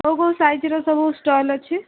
କେଉଁ କେଉଁ ସାଇଜ୍ର ସବୁ ଷ୍ଟଲ୍ ଅଛି